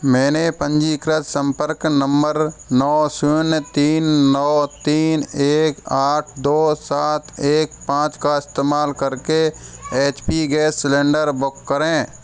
मैंने पंजीकृत संपर्क नंमर नौ शून्य तीन नौ तीन एक आठ दौ सात एक पाँच का इस्तेमाल कर के H P gas cylinder book करें